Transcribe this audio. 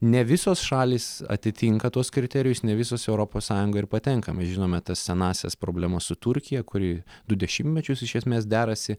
ne visos šalys atitinka tuos kriterijus ne visos į europos sąjungą ir patenka mes žinome tas senąsias problemas su turkija kuri du dešimtmečius iš esmės derasi